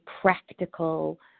practical